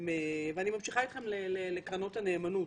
ואני ממשיכה אתכם לקרנות הנאמנות